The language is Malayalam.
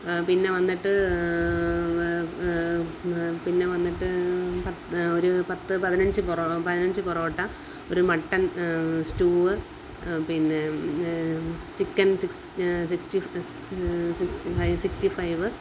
പിന്നെ വന്നിട്ട് പിന്നെ വന്നിട്ട് പ ഒരു പത്ത് പതിനഞ്ച് പൊറോ പതിനഞ്ച് പൊറോട്ട ഒരു മട്ടൺ സ്റ്റൂ പിന്നെ ചിക്കൻ സിക് സിക്സ്റ്റി സിക് സിക്സ്റ്റി ഫൈവ്